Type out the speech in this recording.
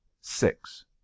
Six